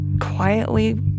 quietly